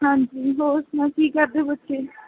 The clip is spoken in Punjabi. ਹਾਂਜੀ ਹੋਰ ਸੁਣਾਓ ਕੀ ਕਰਦੇ ਬੱਚੇ